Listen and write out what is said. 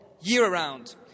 year-round